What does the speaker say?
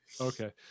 Okay